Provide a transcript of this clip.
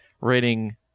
writing